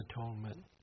atonement